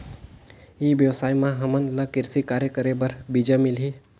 ई व्यवसाय म हामन ला कृषि कार्य करे बर बीजा मिलही?